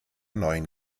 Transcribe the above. neuen